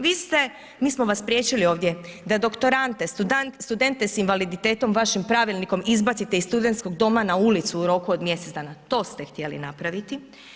Vi ste, mi smo vas spriječili ovdje da doktorante, studente s invaliditetom vašim pravilnikom izbacite iz studentskog doma na ulicu u roku mjesec dana, to ste htjeli napraviti.